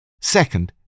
Second